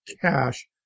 cash